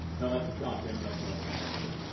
now that's a goddamn red-blooded american